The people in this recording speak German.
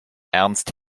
ernst